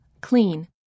Clean